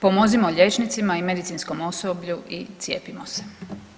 Pomozimo liječnicima i medicinskom osoblju i cijepimo se.